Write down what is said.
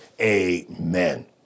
amen